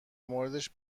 موردش